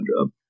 job